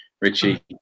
Richie